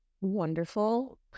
wonderful